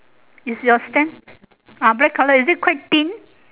is your stand ah black colour is it quite thin